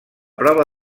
prova